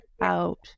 out